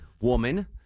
woman